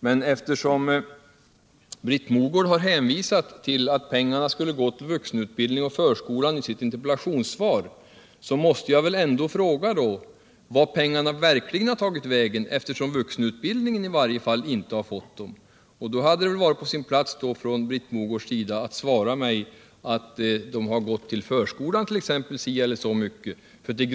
Men eftersom Britt Mogård i sitt interpellationssvar sagt att pengarna skulle gå till vuxenutbildning och förskola måste jag fråga vart pengarna tagit vägen. I varje fall har inte vuxenutbildningen fått dem. Det hade väl varit på sin plats att Britt Mogård svarat mig att så eller så mycket gått till förskolan. Vi har